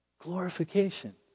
Glorification